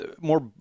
more